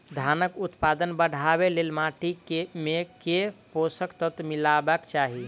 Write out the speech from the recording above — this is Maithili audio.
धानक उत्पादन बढ़ाबै लेल माटि मे केँ पोसक तत्व मिलेबाक चाहि?